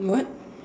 what